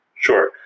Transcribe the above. Sure